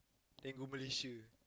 then go Malaysia